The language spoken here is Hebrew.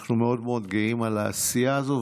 אנחנו מאוד מאוד גאים על העשייה הזו.